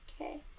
Okay